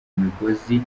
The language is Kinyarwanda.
imigozi